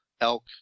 elk